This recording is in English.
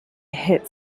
hit